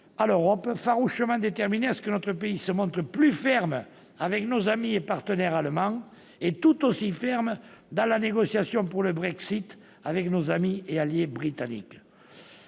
sommes aussi farouchement déterminés à ce que notre pays se montre plus ferme envers nos amis et partenaires allemands, et tout aussi ferme dans la négociation du Brexit avec nos amis et alliés britanniques.